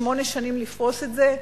על שמונה שנים לפרוס את זה,